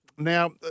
Now